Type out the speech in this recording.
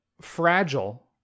fragile